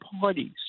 parties